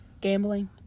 gambling